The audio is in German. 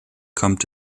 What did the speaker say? kommt